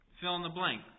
fill-in-the-blank